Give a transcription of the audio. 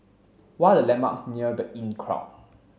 what are the landmarks near The Inncrowd